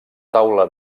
taula